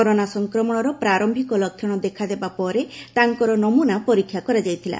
corona ସଂକ୍ରମଣର ପ୍ରାରୟିକ ଲକ୍ଷଣ ଦେଖାଦେବା ପରେ ତାଙ୍କର ନମ୍ରନା ପରୀକ୍ଷା କରାଯାଇଥିଲା